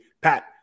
Pat